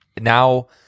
now